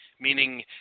meaning